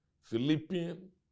Philippians